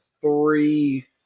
three